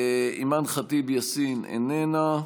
אימאן ח'טיב יאסין, איננה,